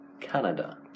Canada